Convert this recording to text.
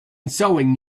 sewing